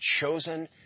chosen